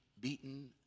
beaten